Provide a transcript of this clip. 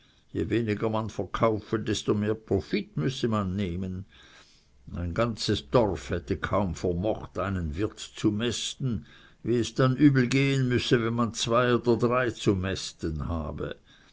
je weniger man verkaufe desto mehr profit müsse man nehmen ein ganzes dorf hätte kaum vermocht einen wirt zu mästen wie es dann übelgehen müsse wenn man zwei oder drei zu mästen habe